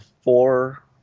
four